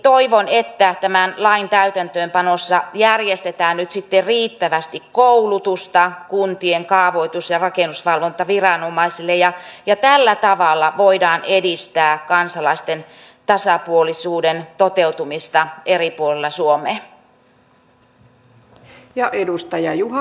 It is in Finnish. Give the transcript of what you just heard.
toivon että tämän lain täytäntöönpanossa järjestetään nyt sitten riittävästi koulutusta kuntien kaavoitus ja rakennusvalvontaviranomaisille ja tällä tavalla voidaan edistää kansalaisten tasapuolisuuden toteutumista eri puolella suomea